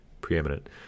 preeminent